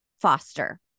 foster